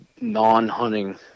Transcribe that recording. non-hunting